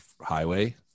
highway